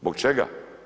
Zbog čega?